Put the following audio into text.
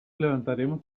levantaremos